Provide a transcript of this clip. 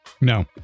No